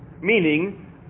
Meaning